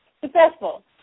successful